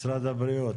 משרד הבריאות.